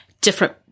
different